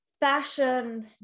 fashion